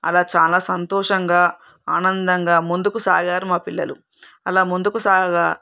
అలా చాలా సంతోషంగా ఆనందంగా ముందుకు సాగారు మా పిల్లలు అలా ముందుకు సాగగా